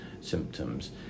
symptoms